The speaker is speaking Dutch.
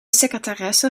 secretaresse